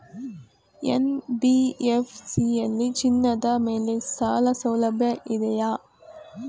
NBFC ಯಲ್ಲಿ ಚಿನ್ನದ ಮೇಲೆ ಸಾಲಸೌಲಭ್ಯ ಇದೆಯಾ?